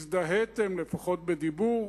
הזדהיתם, לפחות בדיבור,